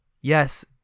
yes